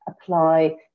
apply